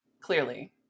Clearly